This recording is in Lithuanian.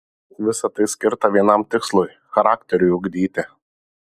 visa tai skirta vienam tikslui charakteriui ugdyti